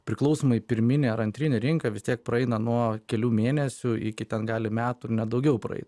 priklausomai pirminė ar antrinė rinka vis tiek praeina nuo kelių mėnesių iki tad gali metų ir net daugiau praeit